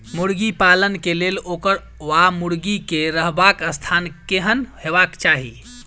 मुर्गी पालन केँ लेल ओकर वा मुर्गी केँ रहबाक स्थान केहन हेबाक चाहि?